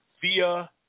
via